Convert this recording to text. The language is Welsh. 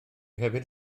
hefyd